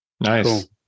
Nice